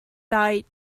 dau